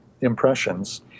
impressions